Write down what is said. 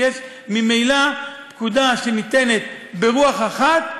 ויש ממילא פקודה שניתנת ברוח אחת,